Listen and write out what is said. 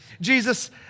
Jesus